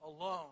alone